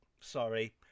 Sorry